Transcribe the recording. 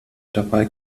dabei